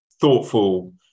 thoughtful